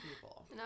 people